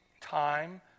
time